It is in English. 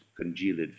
congealed